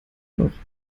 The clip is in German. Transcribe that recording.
noch